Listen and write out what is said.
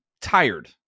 tired